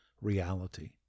reality